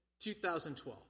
2012